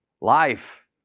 life